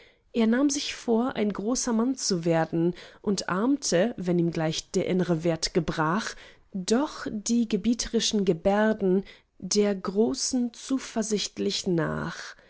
er nahm sich vor ein großer mann zu werden und ahmte wenn ihm gleich der innre wert gebrach doch die gebietrischen gebärden der großen zuversichtlich nach